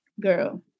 girl